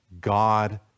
God